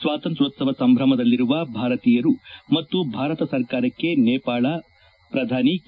ಸ್ವಾತಂತ್ರ್ಯೋತ್ಸವ ಸಂಭ್ರಮದಲ್ಲಿರುವ ಭಾರತೀಯರು ಮತ್ತು ಭಾರತ ಸರ್ಕಾರಕ್ಕೆ ನೇಪಾಳ ಪ್ರಧಾನಿ ಕೆ